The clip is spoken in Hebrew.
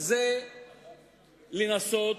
זה לנסות,